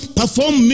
perform